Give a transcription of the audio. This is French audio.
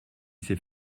sait